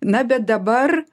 na bet dabar